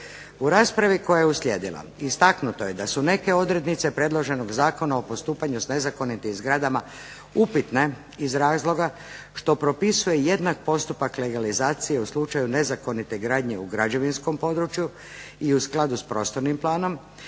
U raspravi koja je uslijedila istaknuto je da su neke odrednice predloženog zakona o postupanju sa nezakonitim zgradama upitne iz razloga što propisuje jednak postupak legalizacije u slučaju nezakonite gradnje u građevinskom području i u skladu sa prostornim planom